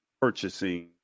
purchasing